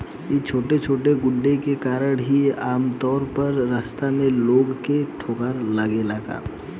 इ छोटे छोटे गड्ढे के कारण ही आमतौर पर इ रास्ता में लोगन के ठोकर लागेला